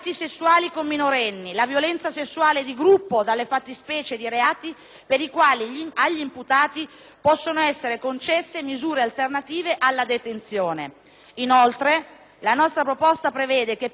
possono essere concesse misure alternative alla detenzione. Inoltre, la nostra proposta prevede che per i reati di violenza sessuale sia sempre applicata la misura della custodia cautelare in carcere,